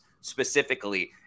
specifically